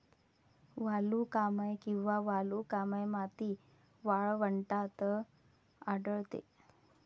वालुकामय किंवा वालुकामय माती वाळवंटात आढळते